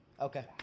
okay